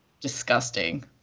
disgusting